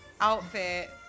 outfit